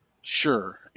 Sure